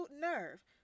nerve